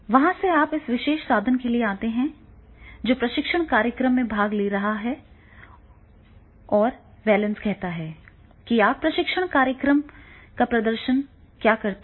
वहां से आप इस विशेष साधन के लिए आते हैं जो प्रशिक्षण कार्यक्रम में भाग ले रहा है और वैलेंस कहता है कि आप प्रशिक्षण कार्यक्रम का प्रदर्शन क्या करते हैं